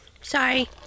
Sorry